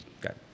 got